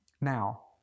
now